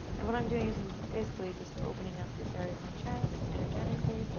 and what i'm doing is i'm basically just opening up this area of my chest energetically,